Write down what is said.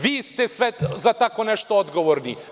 Vi ste za tako nešto odgovorni.